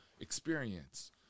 experience